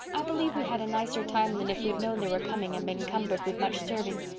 i believe we had a nicer time than if we'd known they were coming and been cumbered with much serving.